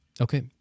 Okay